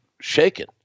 shaken